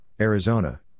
Arizona